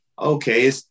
okay